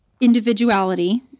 individuality